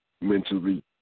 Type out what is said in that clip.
mentally